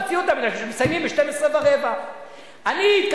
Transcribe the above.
יכול להיות שאני הולך לעשות את זה בוועדה לביקורת